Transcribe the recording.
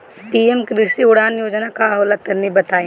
PM Krishi Udan Yojana का होला तनि बताई?